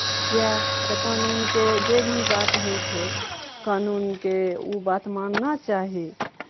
किएक तऽ कानूनके जे भी बात होइ छै कानूनके ओ बात मानना चाही